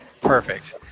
Perfect